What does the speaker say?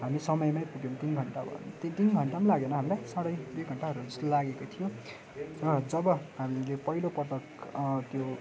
हामी समयमै पुगौँ तिन घन्टा बाद ति तिन घन्टा पनि लागेन हामीलाई साढे दुई घन्टाहरू जस्तो लागेको थियो र जब हामीले त्यो पहिलोपटक त्यो